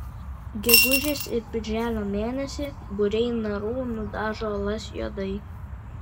gegužės ir birželio mėnesį būriai narų nudažo uolas juodai